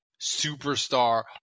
superstar